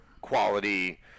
quality